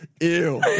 ew